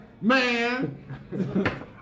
man